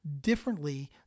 differently